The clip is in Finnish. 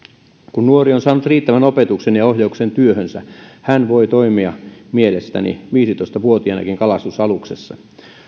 kun nuori on saanut riittävän opetuksen ja ohjauksen työhönsä hän voi toimia mielestäni viisitoista vuotiaanakin kalastusaluksessa